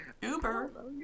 Uber